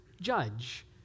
judge